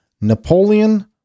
Napoleon